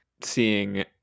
seeing